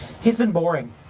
he's been going.